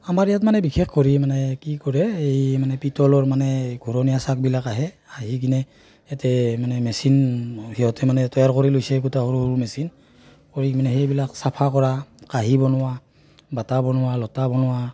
আমাৰ ইয়াত মানে বিশেষ কৰি মানে কি কৰে এই মানে পিতলৰ মানে ঘূৰণীয়া চাকবিলাক আহে আহি কিনে ইয়াতে মানে মেচিন সিহঁতে মানে তৈয়াৰ কৰি লৈছে একোটা সৰু সৰু মেচিন কৰি মানে সেইবিলাক চাফা কৰা কাঁহী বনোৱা বাটা বনোৱা লতা বনোৱা